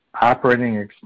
Operating